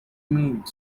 meet